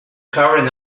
current